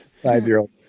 five-year-old